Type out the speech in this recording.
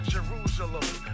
Jerusalem